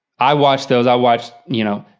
i watched those. i watched, you know,